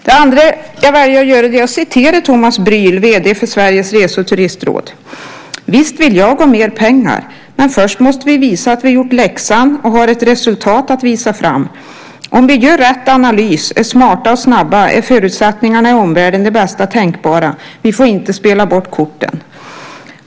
För det andra har Thomas Brühl, vd för Sveriges Rese och Turistråd, sagt: Visst vill jag ha mer pengar, men först måste vi visa att vi har gjort läxan och har ett resultat att visa fram. Om vi gör rätt analys, är smarta och snabba är förutsättningarna i omvärlden de bästa tänkbara. Vi får inte spela bort korten.